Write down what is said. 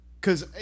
Cause